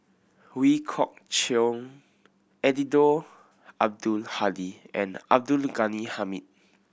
Ooi Kok Chuen Eddino Abdul Hadi and Abdul Ghani Hamid